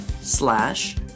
slash